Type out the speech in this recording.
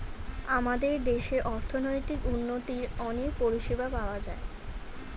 আমাদের দেশে অর্থনৈতিক উন্নতির অনেক পরিষেবা পাওয়া যায়